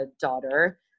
daughter